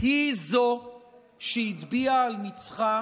היא שהטביעה על מצחה